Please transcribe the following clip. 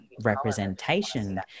representation